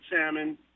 salmon